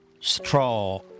straw